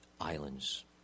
islands